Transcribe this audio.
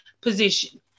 position